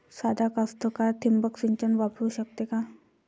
सादा कास्तकार ठिंबक सिंचन वापरू शकते का?